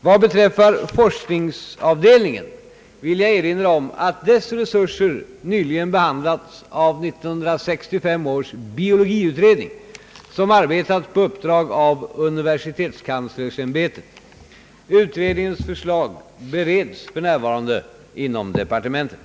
Vad beträffar forskningsavdelningen vill jag erinra om att dess resurser nyligen behandlats av 1965 års biologiutredning, som arbetat på uppdrag av universitets kanslersämbetet. Utredningens förslag bereds f.n. inom ämbetet.